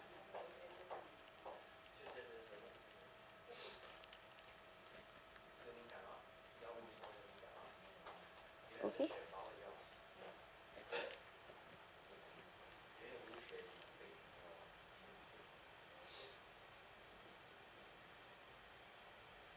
okay